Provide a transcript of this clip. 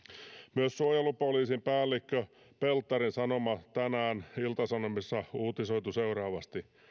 myös suojelupoliisin päällikkö pelttarin sanoma tänään ilta sanomissa on uutisoitu seuraavasti